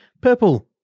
purple